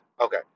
Okay